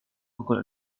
pukul